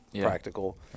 practical